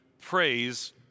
praise